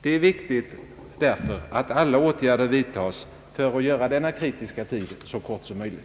Det är därför viktigt att alla åtgärder vidtas för att göra denna kritiska tid så kort som möjligt.